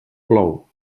plou